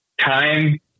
time